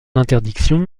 interdiction